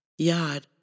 Yad